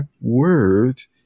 words